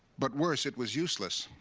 but worse, it was useless.